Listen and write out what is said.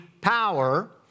power